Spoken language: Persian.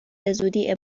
بزودی